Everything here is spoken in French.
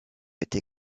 été